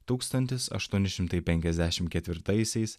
tūkstantis aštuoni šimtai penkiasdešim ketvirtaisiais